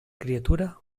criatura